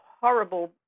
horrible